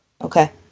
Okay